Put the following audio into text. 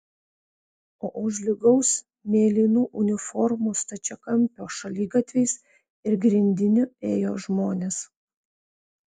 o už lygaus mėlynų uniformų stačiakampio šaligatviais ir grindiniu ėjo žmonės